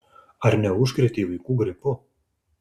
ar neužkrėtei vaikų gripu